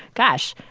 gosh,